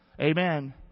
Amen